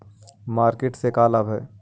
Market से का लाभ है?